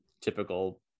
typical